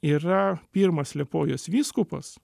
yra pirmas liepojos vyskupas